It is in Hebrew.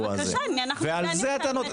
ועל זה הטענות.